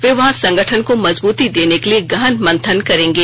वे वहां संगठन को मजबूती देने के लिए गहन मंथन करेंगे